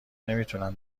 نمیتونم